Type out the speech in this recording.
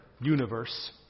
universe